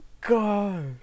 god